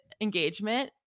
engagement